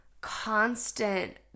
constant